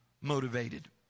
motivated